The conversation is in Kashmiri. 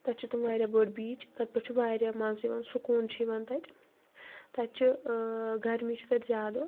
تتہِ چھِ تِم واریاہ بٔڑ بیٖچ تتہِ پٮ۪ٹھ چھُ واریاہ مزٕ یِوان سکوٗن چھُ یِوان تتہِ تتہِ چھُ گرمی چھِ تتہِ زیادٕ